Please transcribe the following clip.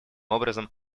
образом